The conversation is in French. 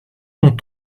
mon